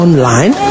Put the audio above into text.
Online